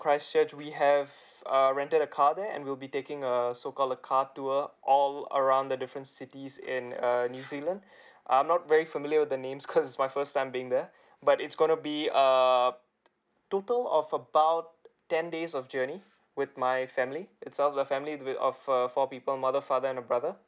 christchurch we have err rented a car there and we'll be taking a so called a car tour all around the different cities in err new zealand I'm not very familiar with the names cause it's my first time being there but it's gonna be uh total of about ten days of journey with my family itself the family with of uh four people mother father and a brother